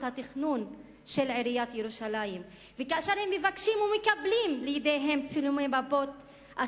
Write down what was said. התכנון של עיריית ירושלים וכאשר הם מבקשים ומקבלים לידיהם צילומי מפות של